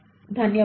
ధన్యవాదాలు